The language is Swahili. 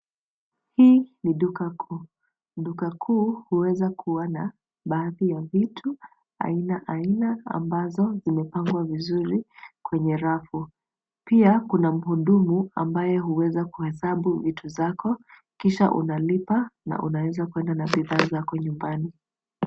Hii ni duka kuu. Duka kuu huweza kuwa na baadhi ya vitu aina aina ambazo zimepangwa vizuri kwenye rafu .Pia kuna mhudumu ambaye huweza kuhesabu vitu zako kisha unalipa na unaweza kwenda nazo nyumbani.